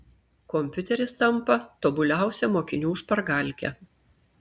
kompiuteris tampa tobuliausia mokinių špargalke